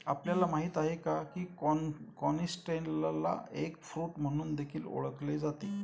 आपल्याला माहित आहे का? की कनिस्टेलला एग फ्रूट म्हणून देखील ओळखले जाते